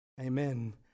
Amen